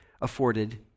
afforded